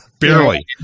barely